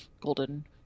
Golden